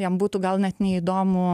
jam būtų gal net neįdomu